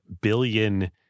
billion